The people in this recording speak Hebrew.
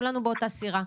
כולנו באותה סירה,